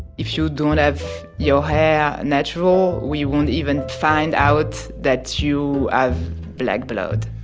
if you don't have your hair natural, we won't even find out that you have black blood.